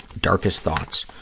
darkest thoughts.